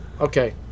Okay